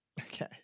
okay